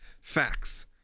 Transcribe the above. facts